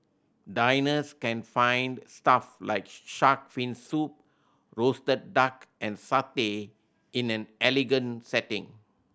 diners can find stuff like shark fin soup roasted duck and satay in an elegant setting